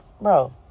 Bro